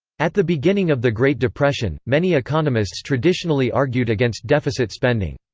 at the beginning of the great depression, many economists traditionally argued against deficit spending.